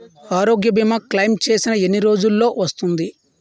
ఆరోగ్య భీమా క్లైమ్ చేసిన ఎన్ని రోజ్జులో వస్తుంది?